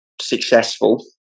successful